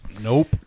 Nope